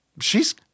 she's-